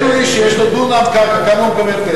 בדואי שיש לו דונם קרקע, כמה כסף הוא מקבל?